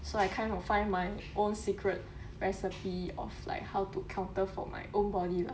so I kind of find my own secret recipe of like how to counter for my own body lah